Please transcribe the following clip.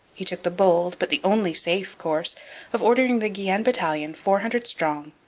he took the bold but the only safe course of ordering the guienne battalion, four hundred strong,